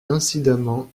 incidemment